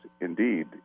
indeed